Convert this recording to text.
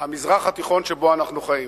המזרח התיכון, שבו אנחנו חיים,